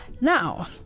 Now